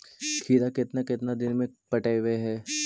खिरा केतना केतना दिन में पटैबए है?